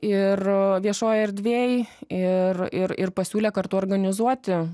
ir viešoj erdvėj ir ir ir pasiūlė kartu organizuoti